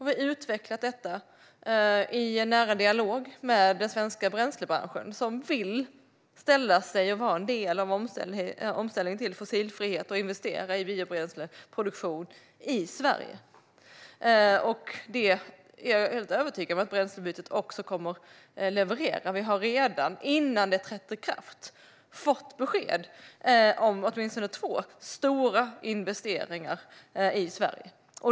Vi har utvecklat detta i nära dialog med den svenska bränslebranschen, som vill vara en del av omställningen till fossilfrihet och investera i biobränsleproduktion i Sverige. Detta är jag helt övertygad om att bränslebytet kommer att leverera. Vi har redan, innan det har trätt i kraft, fått besked om åtminstone två stora investeringar i Sverige.